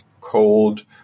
cold